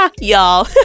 y'all